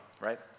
Right